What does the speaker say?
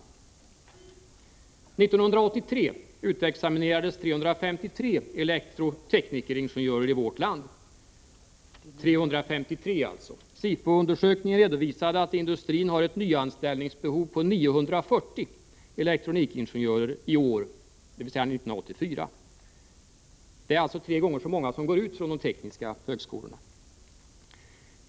1983 utexaminerades 353 elektroteknikingenjörer i vårt land. SIFO-undersökningen redovisade att industrin hade ett nyanställningsbehov på 940 elektronikingenjörer under 1984. Det var alltså tre gånger så många som de som gick ut från de tekniska högskolorna.